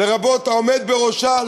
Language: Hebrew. לרבות העומד בראשה,